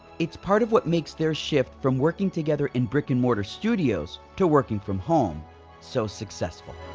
it's part of what makes their shift from working together in brick and mortar studios to working from home so successful.